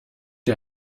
ihr